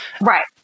Right